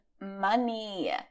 money